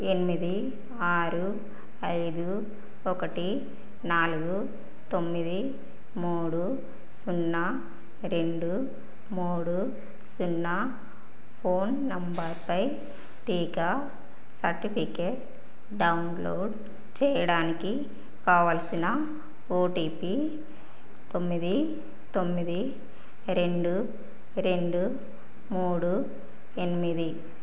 ఎనిమిది ఆరు ఐదు ఒకటి నాలుగు తొమ్మిది మూడు సున్నా రెండు మూడు సున్నా ఫోన్ నంబరుపై టీకా సర్టిఫికేట్ డౌన్లోడ్ చేయడానికి కావలసిన ఓటీపి తొమ్మిది తొమ్మిది రెండు రెండు మూడు ఎనిమిది